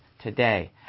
today